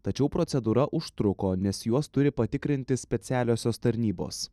tačiau procedūra užtruko nes juos turi patikrinti specialiosios tarnybos